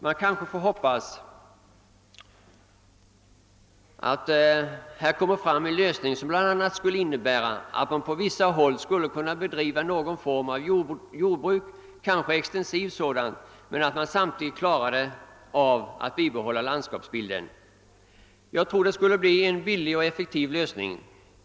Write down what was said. Vi kanske kan hoppas att man genom detta arbete skall komma fram till en lösning som innebär att det på vissa håll kan bedrivas någon form av jordbruk — kanske ett extensivt sådant — som samtidigt innebär ett skydd av landskapsbilden. Jag tror det skulle bli en billig och effektiv lösning.